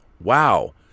wow